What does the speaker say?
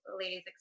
ladies